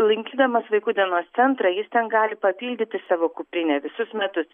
lankydamas vaikų dienos centrą jis ten gali papildyti savo kuprinę visus metus